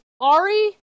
Ari